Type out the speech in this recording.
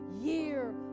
year